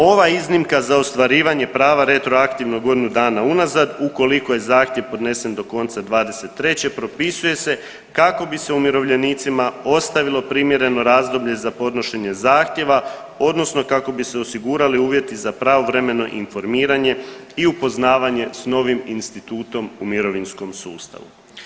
Ova iznimka za ostvarivanje prava retroaktivno godinu dana unazad ukoliko je zahtjev podnesen do konca '23. propisuje se kako bi se umirovljenicima ostavilo primjereno razdoblje za podnošenje zahtjeva odnosno kako bi se osigurali uvjeti za pravovremeno informiranje i upoznavanje s novim institutom u mirovinskom sustavu.